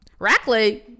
Rackley